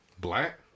Black